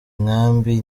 nkambi